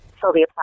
Sylvia